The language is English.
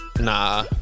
Nah